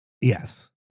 Yes